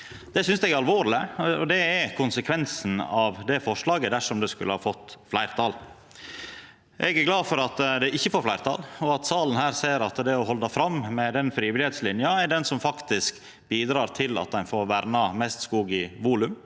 Eg synest det er alvorleg, og det er konsekvensen av det forslaget dersom det skulle fått fleirtal. Eg er glad for at det ikkje får fleirtal, og at salen ser at det å halda fram med frivilligheitslinja er det som faktisk bidreg til at ein i volum får verna mest skog .